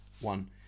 one